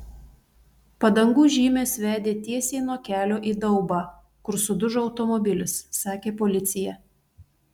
padangų žymės vedė tiesiai nuo kelio į daubą kur sudužo automobilis sakė policija